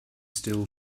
still